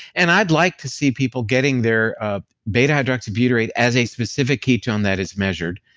and i'd like to see people getting their ah beta-hydroxybutyrate as a specific ketone that is measured,